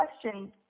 question